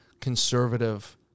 conservative